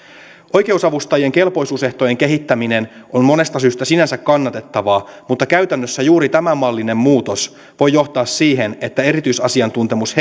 oikeusavustajien kelpoisuusehtojen kehittäminen on monesta syystä sinänsä kannatettavaa mutta käytännössä juuri tämän mallinen muutos voi johtaa siihen että erityisasiantuntemus